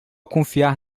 confiar